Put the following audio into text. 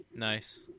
Nice